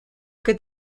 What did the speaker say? could